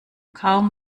kaum